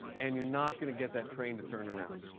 and you're not going to get that train to turn around.